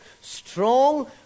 Strong